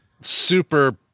Super